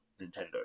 Nintendo